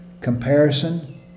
comparison